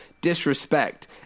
disrespect